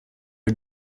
are